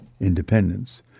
independence